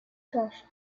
trash